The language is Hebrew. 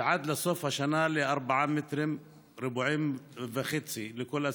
ועד לסוף השנה ל-4 מטרים רבועים וחצי לכל אסיר.